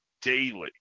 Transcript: daily